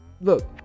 look